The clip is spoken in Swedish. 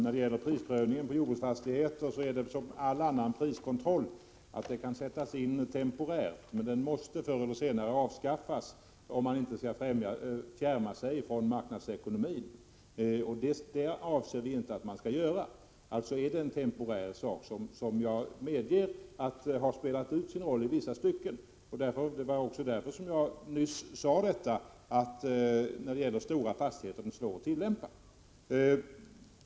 Fru talman! Prisprövningen för jordbruksfastigheter är som all annan priskontroll, nämligen att den kan sättas in temporärt men förr eller senare måste avskaffas, om man inte vill fjärma sig från marknadsekonomin. Det är inte vår avsikt att man skall göra så. Denna prisprövning är alltså temporär, och jag medger att den i vissa stycken har spelat ut sin roll. Jag sade också nyss att den var svår att tillämpa för stora fastigheter.